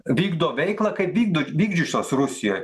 vykdo veiklą kaip vykdu vykdžiusios rusijoj